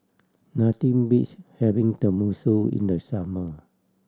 nothing beats having Tenmusu in the summer